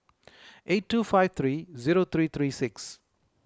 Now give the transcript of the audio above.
eight two five three zero three three six